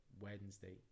wednesday